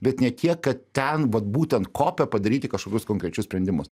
bet ne tiek kad ten vat būtent kope padaryti kažkokius konkrečius sprendimus